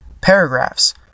paragraphs